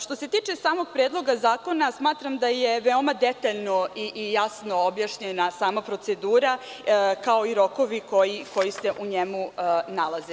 Što se tiče samog Predloga zakona, smatram da je veoma detaljno i jasno objašnjena sama procedura, kao i rokovi koji se u njemu nalaze.